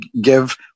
give